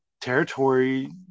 territory